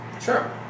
Sure